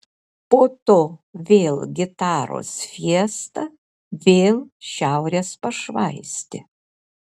po to vėl gitaros fiesta vėl šiaurės pašvaistė